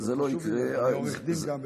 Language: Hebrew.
זה חשוב לי, כי גם אני עורך דין במקצועי.